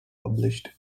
published